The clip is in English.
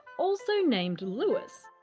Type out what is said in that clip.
also named louis.